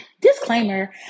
disclaimer